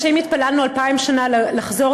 אני חושבת שאם התפללנו אלפיים שנה לחזור